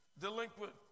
delinquent